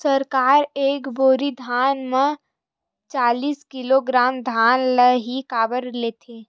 सरकार एक बोरी धान म चालीस किलोग्राम धान ल ही काबर लेथे?